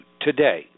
today